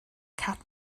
kat